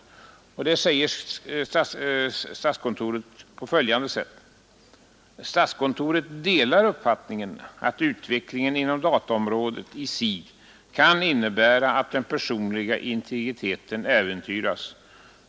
I den framhåller statskontoret: ”Statskontoret delar uppfattningen att utvecklingen inom dataområdet i sig kan innebära att den personliga integriteten äventyras.